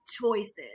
choices